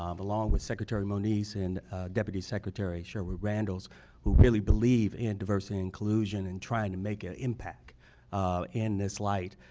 um along with secretary moniz, and deputy secretary sherwood randlle, who really believe in diversity inclusion and trying to make an impact in this light,